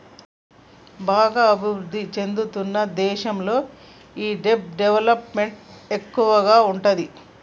బాగా అభిరుద్ధి చెందుతున్న దేశాల్లో ఈ దెబ్ట్ డెవలప్ మెంట్ ఎక్కువగా ఉంటాది